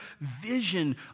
vision